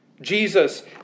Jesus